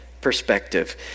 perspective